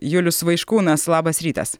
julius vaiškūnas labas rytas